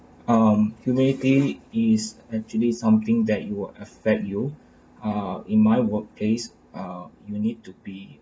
um humility is actually something that it would affect you uh in my workplace uh you need to be